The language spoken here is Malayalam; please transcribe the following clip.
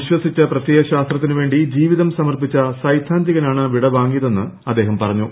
വിശ്വസിച്ച പ്രത്യയ ശാസ്ത്രത്തിനുവേണ്ടി ജീവിതം സമർപ്പിച്ച സൈദ്ധാന്തികനാണ് വിടവാങ്ങിയതെന്ന് അദ്ദേഹം പറഞ്ഞു